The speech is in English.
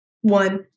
One